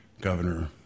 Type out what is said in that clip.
Governor